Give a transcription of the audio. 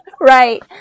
Right